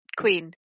queen